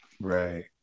Right